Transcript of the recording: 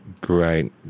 Great